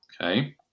Okay